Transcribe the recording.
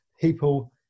people